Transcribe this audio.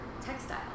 textile